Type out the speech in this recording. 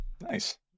Nice